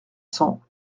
cents